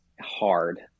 hard